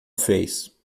fez